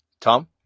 Tom